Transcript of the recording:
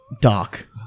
dark